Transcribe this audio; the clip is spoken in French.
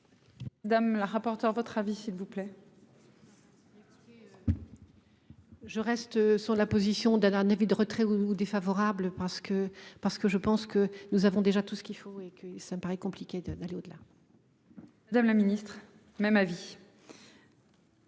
Madame la rapporteure votre avis s'il vous plaît. Je reste sur la position d'avoir un avis de retrait ou défavorables, parce que, parce que je pense que nous avons déjà tout ce qu'il faut et que ça me paraît compliqué de, d'aller au-delà. Madame la Ministre même avis.